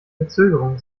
verzögerungen